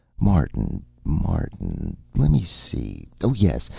martin, martin? let me see oh yes,